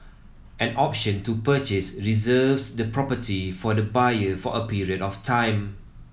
an option to purchase reserves the property for the buyer for a period of time